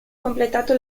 completato